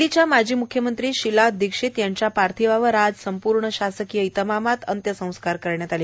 दिल्लीच्या माजी म्ख्यमंत्री शीला दिक्षित यांच्या पार्थिवावर आज संपूर्ण शासकीय इतमामात अंत्यसंस्कार करण्यात आले